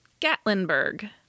Gatlinburg